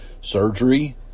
surgery